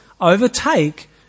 overtake